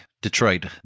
Detroit